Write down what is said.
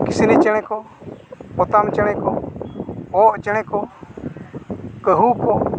ᱠᱤᱥᱱᱤ ᱪᱮᱬᱮ ᱠᱚ ᱯᱚᱛᱟᱢ ᱪᱮᱬᱮ ᱠᱚ ᱠᱚᱸᱜ ᱪᱮᱬᱮ ᱠᱚ ᱠᱟᱺᱦᱩ ᱠᱚ